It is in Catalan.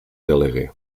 delegue